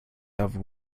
have